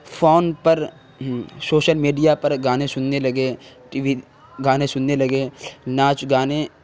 phone پر social media پر گانے سننے لگے ٹی وی گانے سننے لگے ناچ گانے